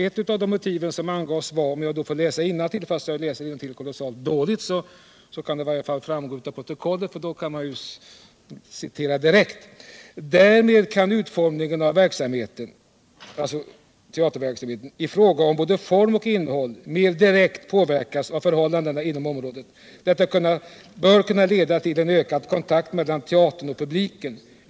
Ett av de motiv som angavs var följande, som jag citerar ur propositionen från 1974: "Därmed kan utformningen av verksamheten, i fråga om både form och innehåll, mer direkt påverkas av förhållandena inom området. Detta bör kunna leda till en ökad kontakt mellan teatern och publiken.